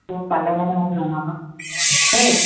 তো পালে মানে মোক জনাবা দেই